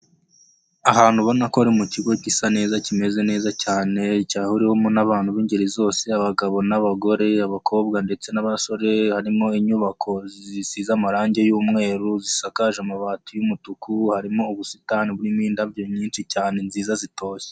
Ahantu ubona ko ari mu kigo gisa neza kimeze neza cyane, cyahuriwemo n'abantu b'ingeri zose abagabo n'abagore, abakobwa, ndetse n'abasore, harimo inyubako zisize amarangi y'umweru zisakaje amabati y'umutuku harimo ubusitani burimo indabyo nyinshi cyane nziza zitoshye.